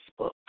Facebook